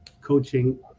coaching